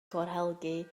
corhelgi